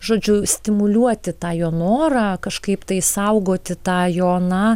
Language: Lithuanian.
žodžiu stimuliuoti tą jo norą kažkaip tai saugoti tą jo na